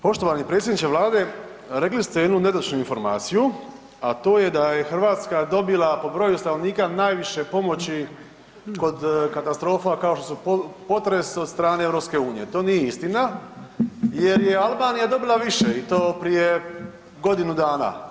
Poštovani predsjedniče Vlade, rekli ste jednu netočnu informaciju, a to je da je Hrvatska dobila po broju stanovnika najviše pomoći kod katastrofa kao što su potres od strane EU, to nije istina jer je Albanija dobila više i to prije godinu dana.